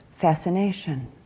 fascination